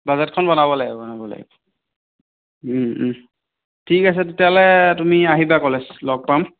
বাজেটখন বনাব লাগিব বনাব লাগিব ঠিক আছে তেতিয়াহ'লে তুমি আহিবা কলেজ লগ পাম